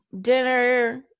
dinner